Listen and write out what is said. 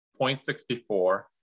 0.64